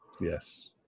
Yes